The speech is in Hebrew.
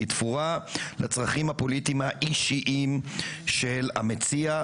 והיא תפורה לצרכים הפוליטיים האישיים של המציע,